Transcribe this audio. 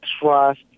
trust